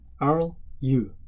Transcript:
R-U